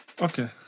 Okay